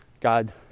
God